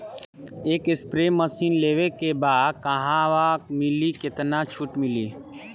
एक spray machine लेवे के बा कहवा मिली केतना छूट मिली?